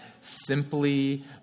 simply